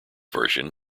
version